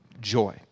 joy